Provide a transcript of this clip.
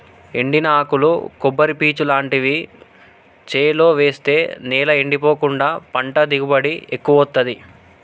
ఎండిన ఆకులు కొబ్బరి పీచు లాంటివి చేలో వేస్తె నేల ఎండిపోకుండా పంట దిగుబడి ఎక్కువొత్తదీ